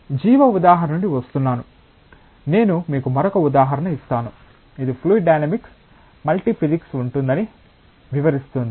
జీవ ఉదాహరణ నుండి వస్తున్న నేను మీకు మరొక ఉదాహరణ ఇస్తాను ఇది ఫ్లూయిడ్ డైనమిక్స్ మల్టీ ఫిసిక్స్ ఉంటుందని వివరిస్తుంది